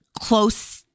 close